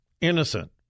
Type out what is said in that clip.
innocent